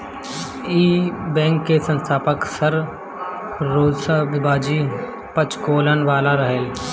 इ बैंक के स्थापक सर सोराबजी पोचखानावाला रहले